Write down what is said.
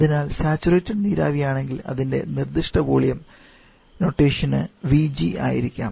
അതിനാൽ സാച്ചുറേറ്റഡ് നീരാവി ആണെങ്കിൽ അതിന്റെ നിർദ്ദിഷ്ട വോളിയം നൊട്ടേഷന് vg ആയിരിക്കാം